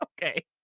Okay